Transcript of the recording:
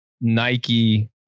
Nike